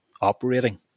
operating